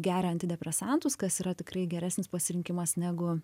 geria antidepresantus kas yra tikrai geresnis pasirinkimas negu